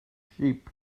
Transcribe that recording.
sheep